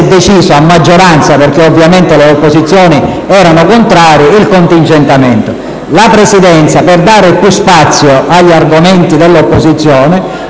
deciso a maggioranza - ovviamente le opposizioni erano contrarie - il contingentamento. La Presidenza, per dare più spazio agli argomenti dell'opposizione,